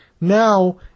Now